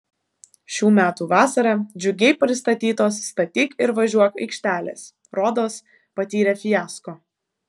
šių metų vasarą džiugiai pristatytos statyk ir važiuok aikštelės rodos patyrė fiasko